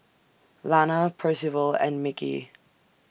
Lana Percival and Mickie